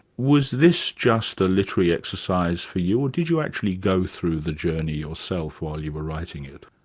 was this just a literary exercise for you, or did you actually go through the journey yourself while you were writing it?